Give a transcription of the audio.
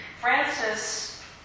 Francis